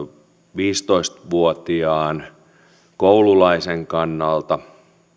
viisitoista vuotiaan koululaisen kannalta